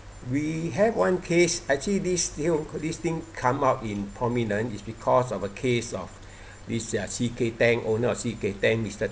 we had one case actually this this thing come up in prominent is because of a case of this uh C_K tang owner C_K tang mister